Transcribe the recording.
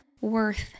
worth